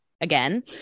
again